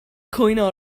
cwyno